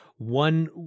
One